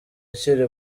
akiri